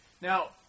Now